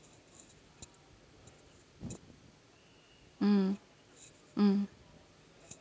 mm mm